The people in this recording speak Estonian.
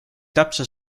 täpse